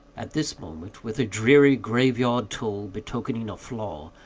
at this moment, with a dreary grave-yard toll, betokening a flaw,